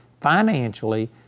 financially